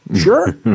Sure